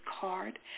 card